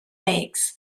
lakes